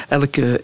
elke